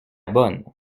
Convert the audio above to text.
bonne